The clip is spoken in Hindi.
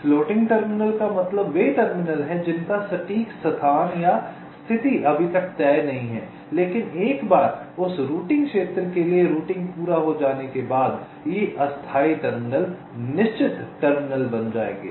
फ्लोटिंग टर्मिनल का मतलब है कि वे टर्मिनल हैं जिनका सटीक स्थान या स्थिति अभी तक तय नहीं है लेकिन एक बार उस रूटिंग क्षेत्र के लिए रूटिंग पूरा हो जाने के बाद ये अस्थायी टर्मिनल निश्चित टर्मिनल बन जाएंगे